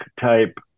type